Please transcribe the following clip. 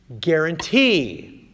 guarantee